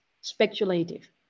speculative